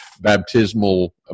baptismal